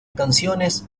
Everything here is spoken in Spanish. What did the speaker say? canciones